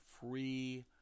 free